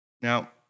Now